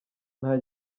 nta